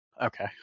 okay